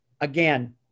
Again